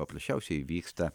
paprasčiausiai vyksta